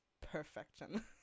perfection